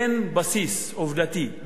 אין בסיס עובדתי,